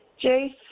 Jace